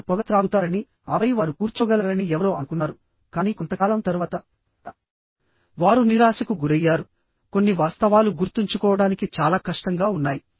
వారు పొగ త్రాగుతారనిఆపై వారు కూర్చోగలరని ఎవరో అనుకున్నారుకానీ కొంతకాలం తర్వాత వారు నిరాశకు గురయ్యారుకొన్ని వాస్తవాలు గుర్తుంచుకోవడానికి చాలా కష్టంగా ఉన్నాయి